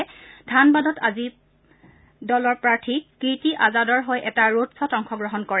তেওঁ ধানবাদত আজি প্ৰাৰ্থী কীৰ্তি আজাদৰ হৈ এটা ৰডখ্বত অংশগ্ৰহণ কৰে